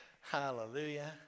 Hallelujah